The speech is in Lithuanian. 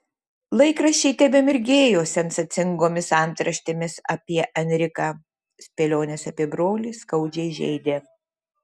laikraščiai tebemirgėjo sensacingomis antraštėmis apie enriką spėlionės apie brolį skaudžiai žeidė